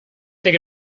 think